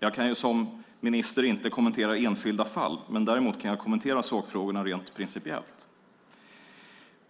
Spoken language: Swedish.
Jag kan som minister inte kommentera enskilda fall. Däremot kan jag kommentera sakfrågorna rent principiellt.